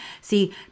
See